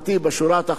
כשהיית שר הפנים,